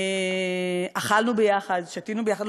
אכלנו ביחד, שתינו ביחד.